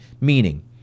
meaning